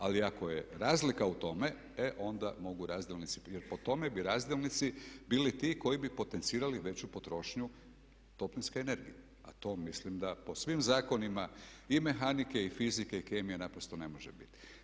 Ali ako je razlika u tome e onda mogu razdjelnici, jer po tome bi razdjelnici bili ti koji bi potencirali veću potrošnju toplinske energije a to mislim da po svim zakonima i mehanike i fizike i kemije naprosto ne može biti.